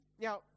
Now